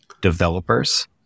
developers